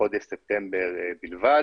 בחודש ספטמבר בלבד.